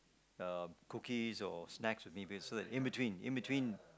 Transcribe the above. uh cookies or snacks with me so in between in between